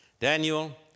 Daniel